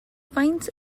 faint